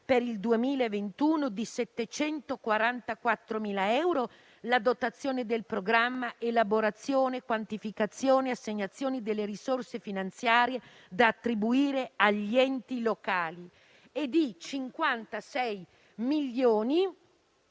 per il 2021 di 744.000 euro la dotazione del programma «Elaborazione, quantificazione e assegnazione delle risorse finanziarie da attribuire agli enti locali», e di 56 milioni